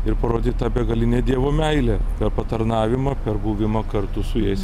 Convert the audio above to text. ir parodyt tą begalinę dievo meilę per patarnavimą per buvimą kartu su jais